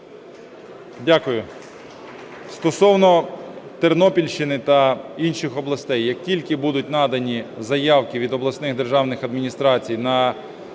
Дякую.